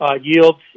yields